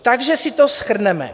Takže si to shrneme.